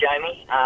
Jamie